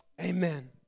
amen